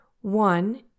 One